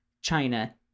China